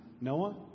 Noah